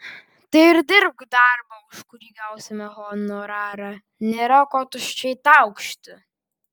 tai ir dirbk darbą už kurį gausime honorarą nėra ko tuščiai taukšti